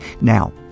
now